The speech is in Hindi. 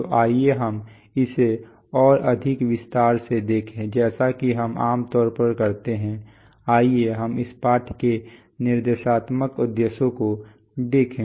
तो आइए हम इसे और अधिक विस्तार से देखें जैसा कि हम आमतौर पर करते हैं आइए हम इस पाठ के निर्देशात्मक उद्देश्यों को देखें